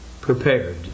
prepared